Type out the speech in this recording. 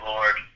Lord